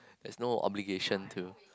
there's no obligation to